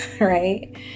right